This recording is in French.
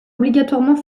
obligatoirement